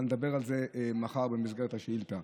אבל נדבר על זה מחר במסגרת השאילתה.